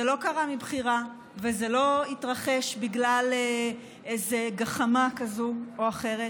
זה לא קרה מבחירה וזה לא התרחש בגלל איזה גחמה כזאת או אחרת.